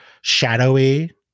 shadowy